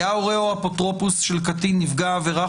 "היה הורה או אפוטרופוס של קטין נפגע עבירה